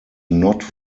not